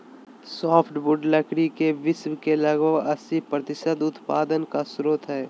softwood लकड़ी के विश्व के लगभग अस्सी प्रतिसत उत्पादन का स्रोत हइ